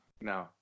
No